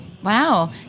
Wow